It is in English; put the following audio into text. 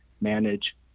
manage